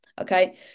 okay